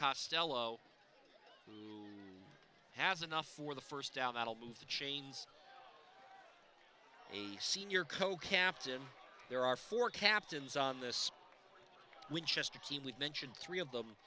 costello has enough for the first down that'll move the chains senior co captain there are four captains on this winchester key we've mentioned three of them